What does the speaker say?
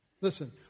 Listen